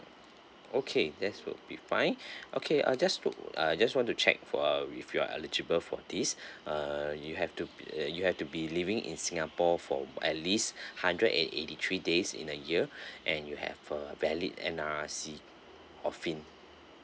okay that's would be fine okay I just look uh I just want to check for uh if you are eligible for this uh you have to err you have to be living in singapore for at least hundred and eighty three days in a year and you have a valid N_R_I_C or fin